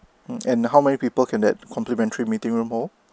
and how many people can at complementary meeting room hold